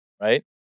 right